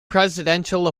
presidential